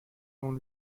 dont